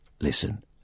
listen